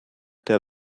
der